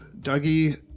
Dougie